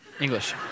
English